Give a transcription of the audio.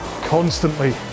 constantly